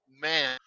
man